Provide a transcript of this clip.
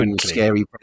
scary